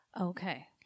Okay